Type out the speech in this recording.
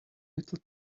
little